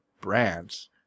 Brands